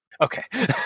Okay